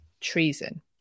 treason